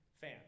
fan